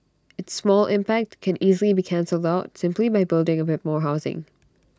its small impact can easily be cancelled out simply by building A bit more housing